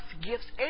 gifts